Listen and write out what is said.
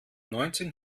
neunzehn